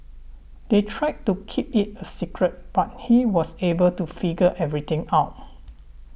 they tried to keep it a secret but he was able to figure everything out